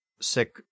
sick